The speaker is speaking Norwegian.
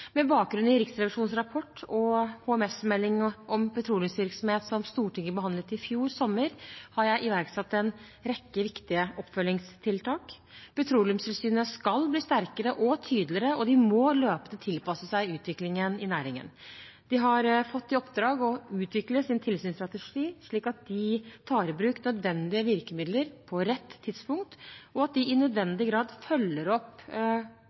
Med bakgrunn i Riksrevisjonens rapport og HMS-meldingen om petroleumsvirksomheten som Stortinget behandlet i fjor sommer, har jeg iverksatt en rekke viktige oppfølgingstiltak. Petroleumstilsynet skal bli sterkere og tydeligere, og de må løpende tilpasse seg utviklingen i næringen. De har fått i oppdrag å utvikle sin tilsynsstrategi slik at de tar i bruk nødvendige virkemidler på rett tidspunkt, at de i nødvendig grad følger opp